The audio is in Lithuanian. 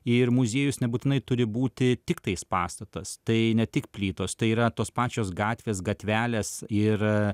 ir muziejus nebūtinai turi būti tiktais pastatas tai ne tik plytos tai yra tos pačios gatvės gatvelės ir